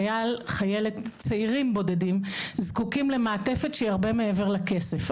חייל/ת צעירים בודדים זקוקים למעטפת שהיא הרבה מעבר לכסף.